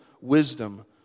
wisdom